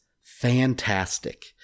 fantastic